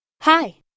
hi